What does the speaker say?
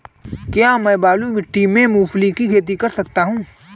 क्या मैं बालू मिट्टी में मूंगफली की खेती कर सकता हूँ?